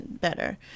better